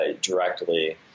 directly